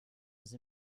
sie